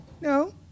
No